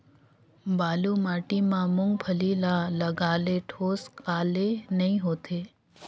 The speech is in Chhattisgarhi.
बालू माटी मा मुंगफली ला लगाले ठोस काले नइ होथे?